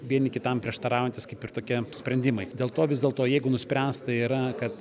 vieni kitam prieštaraujantys kaip ir tokie sprendimai dėl to vis dėlto jeigu nuspręsta yra kad